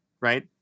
right